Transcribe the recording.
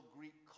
Greek